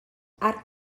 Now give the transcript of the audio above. arc